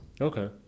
Okay